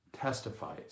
testifies